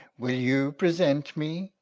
will you present me?